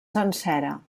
sencera